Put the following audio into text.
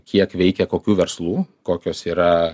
kiek veikia kokių verslų kokios yra